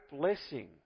blessing